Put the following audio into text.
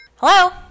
Hello